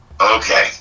Okay